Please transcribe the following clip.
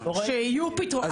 שיהיו פתרונות --- לא ראינו.